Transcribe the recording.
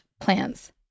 plans